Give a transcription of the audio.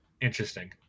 Interesting